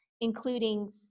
including